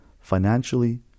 financially